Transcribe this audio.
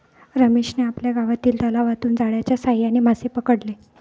रमेशने आपल्या गावातील तलावातून जाळ्याच्या साहाय्याने मासे पकडले